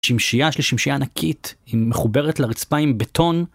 שמשיה של שמשיה ענקית היא מחוברת לרצפה עם בטון.